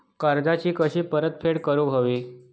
कर्जाची कशी परतफेड करूक हवी?